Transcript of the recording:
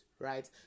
right